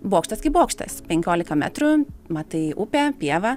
bokštas kaip bokštas penkiolika metrų matai upę pievą